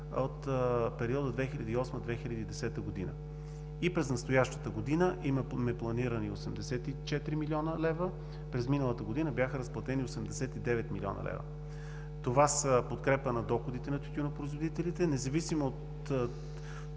от периода 2008 – 2010 г. През настоящата година имаме планираме 84 млн. лв. През миналата година бяха разплатени 89 млн. лв. Това са в подкрепа на доходите на тютюнопроизводителите, независимо от